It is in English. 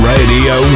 Radio